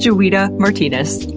so juita martinez.